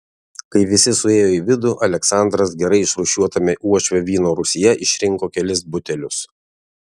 kai visi suėjo į vidų aleksandras gerai išrūšiuotame uošvio vyno rūsyje išrinko kelis butelius